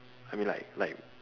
I mean like like